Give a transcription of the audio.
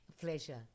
Pleasure